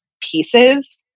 pieces